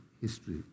history